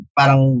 parang